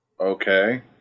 Okay